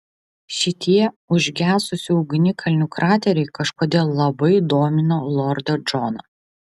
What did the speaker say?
šitie užgesusių ugnikalnių krateriai kažkodėl labai domino lordą džoną